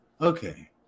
Okay